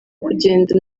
kugenda